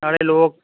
ਨਾਲੇ ਲੋਕ